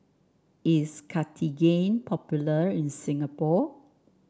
is Cartigain popular in Singapore